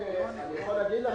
אני יכול להגיד לכם,